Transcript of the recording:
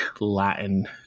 Latin